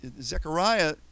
Zechariah